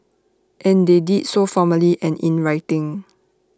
and they did so formally and in writing